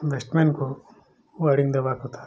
ବ୍ୟାଟସ୍ମେନ୍କୁ ୱାଡ଼ିଙ୍ଗ ଦବାକଥା